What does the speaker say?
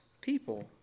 people